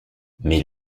mais